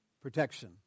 Protection